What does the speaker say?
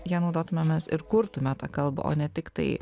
ja naudotumėmės ir kurtume tą kalbą o ne tik tai